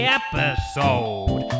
episode